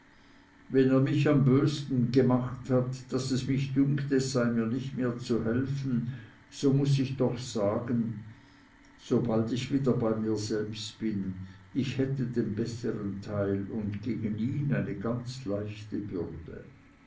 wenn er mich am bösten gemacht hat daß es mich dünkt es sei mir nicht mehr zu helfen so muß ich doch sagen sobald ich wieder bei mir selbst bin ich hätte den bessern teil und gegen ihn eine ganz leichte bürde